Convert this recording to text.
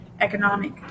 economic